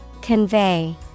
Convey